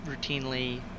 routinely